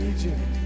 Egypt